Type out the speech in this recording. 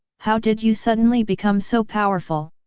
how did you suddenly become so powerful?